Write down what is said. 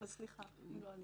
אדוני,